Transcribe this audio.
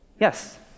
Yes